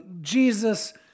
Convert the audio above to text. Jesus